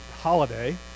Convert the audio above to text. holiday